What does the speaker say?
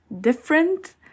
different